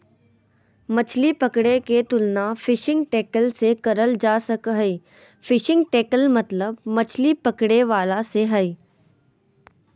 मछली पकड़े के तुलना फिशिंग टैकल से करल जा सक हई, फिशिंग टैकल मतलब मछली पकड़े वाला से हई